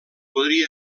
podria